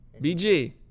BG